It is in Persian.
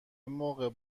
موقع